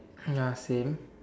ya same